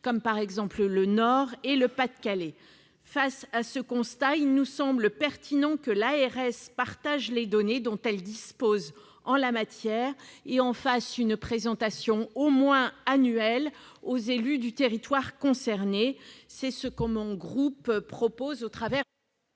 comme dans le Nord et le Pas-de-Calais. Face à ce constat, il nous semble pertinent que l'ARS partage les données dont elle dispose en la matière et en fasse une présentation au moins annuelle aux élus du territoire concerné. C'est ce que mon groupe propose au travers de cet amendement.